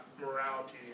morality